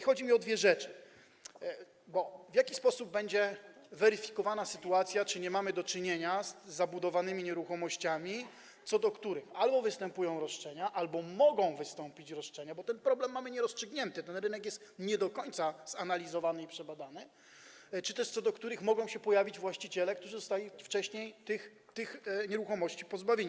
Chodzi mi o dwie rzeczy: w jaki sposób będzie weryfikowana sytuacja, czy nie mamy do czynienia z zabudowanymi nieruchomościami, co do których albo występują roszczenia, albo mogą wystąpić roszczenia - bo ten problem mamy nierozstrzygnięty, ten rynek jest nie do końca zanalizowany i przebadany - czy też mogą się pojawić właściciele, którzy zostali wcześniej tych nieruchomości pozbawieni.